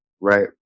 right